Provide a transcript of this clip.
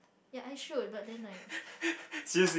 ya I should but then like